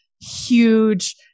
huge